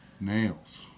nails